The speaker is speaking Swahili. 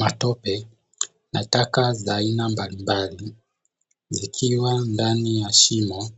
Matope na taka za aina mbalimbali zikiwa ndani ya shimo